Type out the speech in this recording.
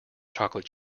chocolate